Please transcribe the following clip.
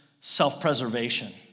self-preservation